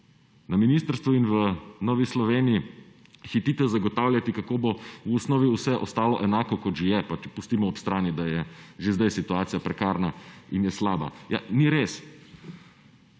Na ministrstvu in v Novi Sloveniji hitite zagotavljati, kako bo v osnovi vse ostalo enako, kot že je, pa če pustimo ob strani, da je že zdaj situacija prekarna in je slaba. Ja, ni res.